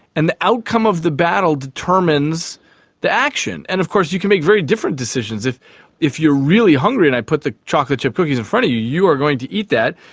and the outcome of the battle determines the action. and of course you can make very different decisions. if if you are really hungry and i put the chocolate chip cookies in front of you, you are going to eat that.